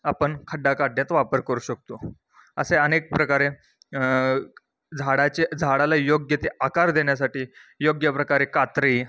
आपण खड्डा काढण्यात वापर करू शकतो असे अनेक प्रकारे झाडाचे झाडाला योग्य ते आकार देण्यासाठी योग्य प्रकारे कात्री